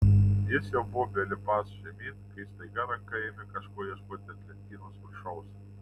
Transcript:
jis jau buvo belipąs žemyn kai staiga ranka ėmė kažko ieškoti ant lentynos viršaus